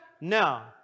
No